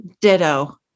ditto